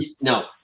no